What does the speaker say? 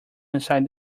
inside